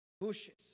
bushes